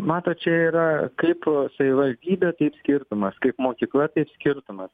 matot čia yra kaip savivaldybė taip skirtumas kaip mokykla taip skirtumas